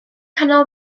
canol